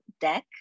deck